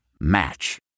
Match